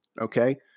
Okay